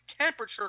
temperature